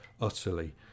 utterly